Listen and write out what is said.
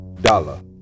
dollar